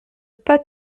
pas